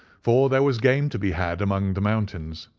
for there was game to be had among the mountains,